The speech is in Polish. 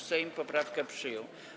Sejm poprawkę przyjął.